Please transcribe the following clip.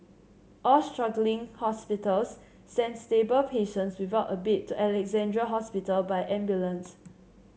all struggling hospitals sent stable patients without a bed to Alexandra Hospital by ambulance